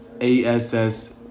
A-S-S